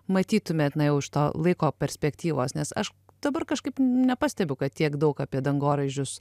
matytumėt na jau iš to laiko perspektyvos nes aš dabar kažkaip nepastebiu kad tiek daug apie dangoraižius